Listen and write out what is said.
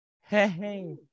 Hey